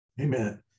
Amen